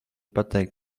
pateikt